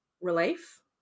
relief